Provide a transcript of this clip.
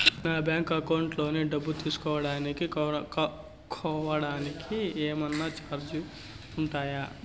నా bank account లోని డబ్బు తెలుసుకోవడానికి కోవడానికి ఏమన్నా చార్జీలు ఉంటాయా?